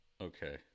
Okay